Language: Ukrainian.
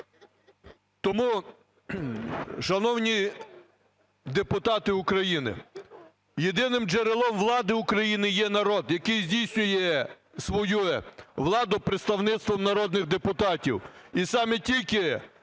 Тому, шановні депутати України, єдиним джерелом влади України є народ, який здійснює свою владу представництвом народних депутатів.